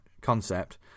concept